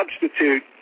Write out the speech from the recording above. substitute